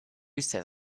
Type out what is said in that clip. says